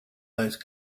those